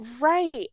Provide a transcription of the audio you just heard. right